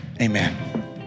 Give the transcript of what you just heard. amen